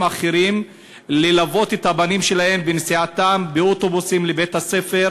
אחרים ללוות את הבנים שלהם בנסיעתם באוטובוסים לבית-הספר.